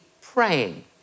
praying